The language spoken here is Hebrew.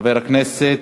חבר הכנסת